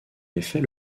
effet